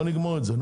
נגמור את זה.